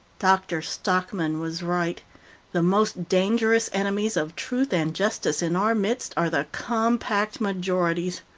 dr. stockman was right the most dangerous enemies of truth and justice in our midst are the compact majorities,